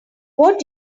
what